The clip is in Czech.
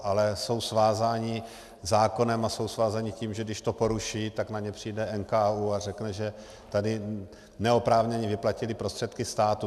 Ale jsou svázáni zákonem a jsou svázáni tím, že když to poruší, tak na ně přijde NKÚ a řekne, že tady neoprávněně vyplatili prostředky státu.